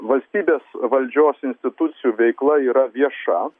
valstybės valdžios institucijų veikla yra vieša